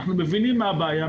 אנחנו מבינים מה הבעיה,